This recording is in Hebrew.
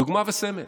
דוגמה וסמל.